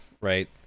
right